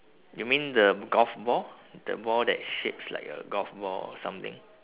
you mean the golf ball the ball that shapes like a golf ball or something